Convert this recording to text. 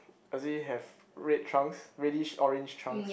does he have red trunks reddish orange trunks